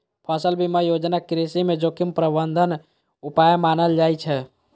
फसल बीमा योजना कृषि मे जोखिम प्रबंधन उपाय मानल जाइ छै